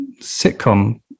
sitcom